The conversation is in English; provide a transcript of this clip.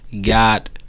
got